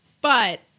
But-